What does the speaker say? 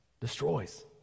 Destroys